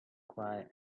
cry